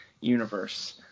universe